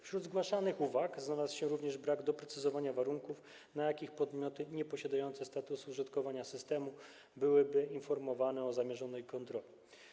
Wśród zgłaszanych uwag znalazła się również uwaga dotycząca braku doprecyzowania warunków, na jakich podmioty nieposiadające statusu użytkowania systemu byłyby informowane o zamierzonej kontroli.